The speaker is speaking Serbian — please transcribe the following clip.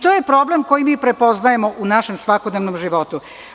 To je problem koji mi prepoznajemo u našem svakodnevnom životu.